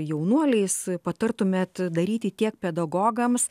jaunuoliais patartumėt daryti tiek pedagogams